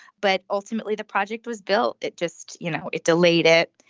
but ultimately the project was built. it just you know it delayed it.